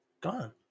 Gone